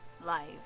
life